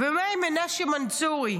ומה עם מנשה מנצורי?